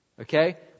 Okay